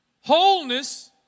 Wholeness